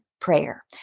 prayer